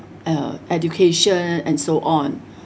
uh education and so on